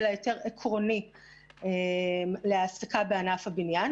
אלא היתר עקרוני להעסקה בענף הבניין.